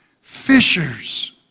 fishers